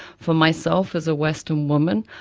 for myself as a western woman,